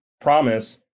promise